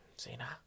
Zena